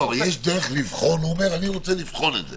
הוא אומר: אני רוצה לבחון את זה.